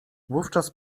wówczas